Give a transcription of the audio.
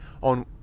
on